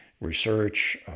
research